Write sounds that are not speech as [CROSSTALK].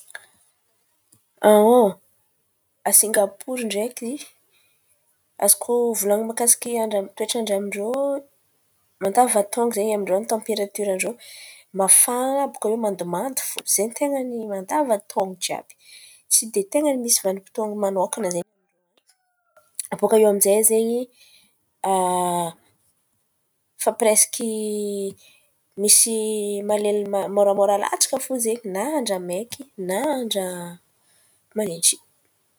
[HESITATION] A Singapory ndraiky, azoko volan̈y mikasiky andra toetrandra amin-drô ao; mandavan-taon̈o zen̈y tamperatioran-drô mafana, baka iô mandomando fo. Zen̈y ten̈a ny mandavan-taon̈o jiàby. Tsy de ten̈a misy vanim-potoan̈a manokana zen̈y amind-rô an̈y. Abaka iô amy zay zen̈y [HESITATION] fa presky misy malen̈y môramôra latsaka fo zen̈y; na andra maiky na andra manintsy.